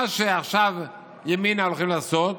מה שעכשיו ימינה הולכים לעשות